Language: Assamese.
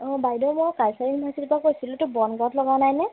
অঁ বাইদেউ মই কালচাৰেল ইউনিভাৰ্চিটি পা কৈছিলোঁ এইটো বনগাঁৱত লগা নাই নে